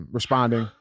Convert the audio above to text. responding